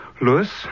Louis